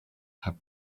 have